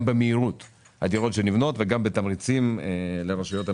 במהירות הדירות שנבנות וגם בתמריצים לרשויות המקומיות.